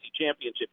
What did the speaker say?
Championship